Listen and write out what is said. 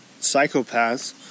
psychopaths